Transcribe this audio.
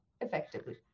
effectively